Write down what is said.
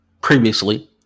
previously